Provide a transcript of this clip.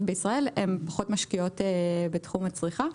בישראל הן פחות משקיעות בתחום הצריכה.